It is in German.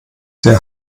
der